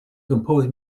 compose